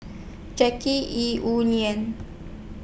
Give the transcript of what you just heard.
Jackie Yi Wu Ling